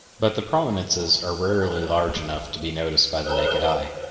but the prominences are rarely large enough to be noticed by the naked eye,